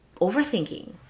overthinking